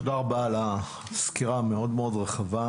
תודה רבה על הסקירה המאוד רחבה.